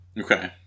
Okay